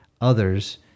others